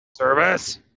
Service